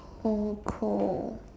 so cold